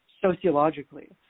sociologically